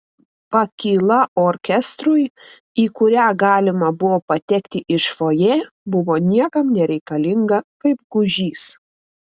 pakyla orkestrui į kurią galima buvo patekti iš fojė buvo niekam nereikalinga kaip gūžys